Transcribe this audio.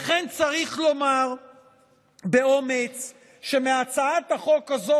לכן צריך לומר באומץ שמהצעת החוק הזו,